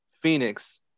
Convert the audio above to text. Phoenix